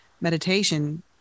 meditation